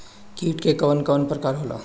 कीट के कवन कवन प्रकार होला?